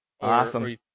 Awesome